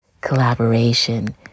collaboration